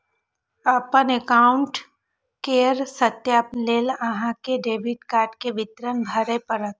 अपन एकाउंट केर सत्यापन लेल अहां कें डेबिट कार्ड के विवरण भरय पड़त